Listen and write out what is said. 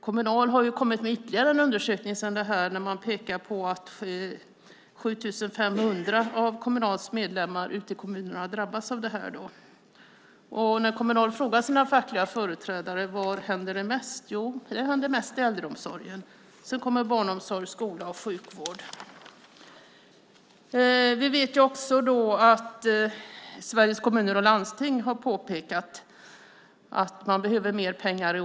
Kommunal har kommit med ytterligare en undersökning sedan det här, där man pekar på att 7 500 av Kommunals medlemmar ute i kommunerna drabbas av detta. När Kommunal frågar sina fackliga företrädare var detta händer mest får de svaret: Det händer mest i äldreomsorgen. Sedan kommer barnomsorg, skola och sjukvård. Vi vet också att Sveriges Kommuner och Landsting har påpekat att man behöver mer pengar i år.